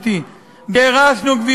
גירשנו?